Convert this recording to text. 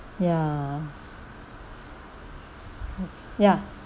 ya ya